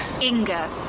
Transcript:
Inga